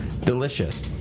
Delicious